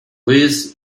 louis